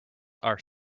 are